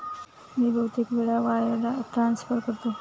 मी बहुतेक वेळा wire transfer करतो